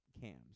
cams